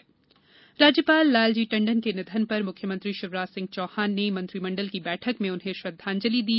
प्रदेश शोक राज्यपाल लालजी टंडन के निधन पर मुख्यमंत्री शिवराज सिंह चौहान ने मंत्रिमंडल की बैठक में उन्हें श्रद्धांजलि दी